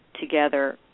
together